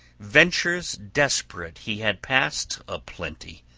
ventures desperate he had passed a-plenty,